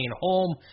home